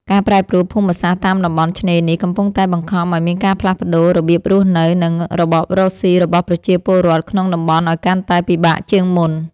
ការប្រែប្រួលភូមិសាស្ត្រតាមតំបន់ឆ្នេរនេះ កំពុងតែបង្ខំឱ្យមានការផ្លាស់ប្តូររបៀបរស់នៅ និងរបររកស៊ីរបស់ប្រជាពលរដ្ឋក្នុងតំបន់ឱ្យកាន់តែពិបាកជាងមុន។